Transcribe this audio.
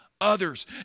others